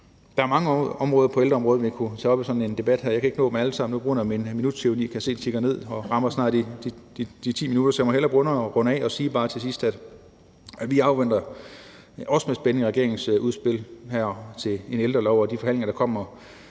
Der er mange områder på ældreområdet, vi kunne tage op i sådan en debat her, og jeg kan ikke nå dem alle sammen på grund af minuttyranniet og uret, der tikker ned og snart rammer de 10 minutter, så jeg må hellere begynde at runde af og bare til sidst sige, at også vi med spænding afventer regeringens udspil her til en ældrelov og de forhandlinger, der kommer